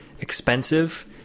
expensive